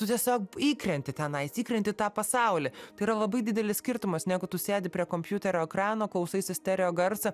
tu tiesiog įkrenti tenais įkrenti į tą pasaulį tai yra labai didelis skirtumas negu tu sėdi prie kompiuterio ekrano klausaisi stereo garsą